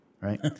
right